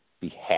behalf